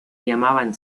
llamaban